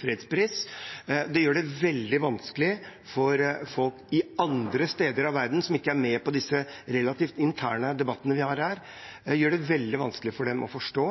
fredspris. Det gjør det veldig vanskelig for folk andre steder i verden – som ikke er med på disse relativt interne debattene vi har her – å forstå at dette ikke er det offisielle Norges fredspris. Så det er å gi en hjelpende hånd til Nobelkomiteen å invitere dem til å